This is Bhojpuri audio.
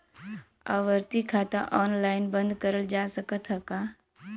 आवर्ती खाता ऑनलाइन बन्द करल जा सकत ह का?